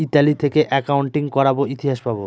Italy থেকে accounting করাবো ইতিহাস পাবো